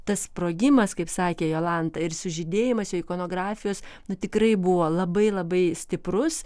tas sprogimas kaip sakė jolanta ir sužydėjimas jo ikonografijos nu tikrai buvo labai labai stiprus